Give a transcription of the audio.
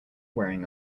wearing